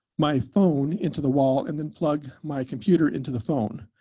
my phone into the wall and then plug my computer into the phone.